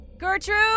Gertrude